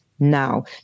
Now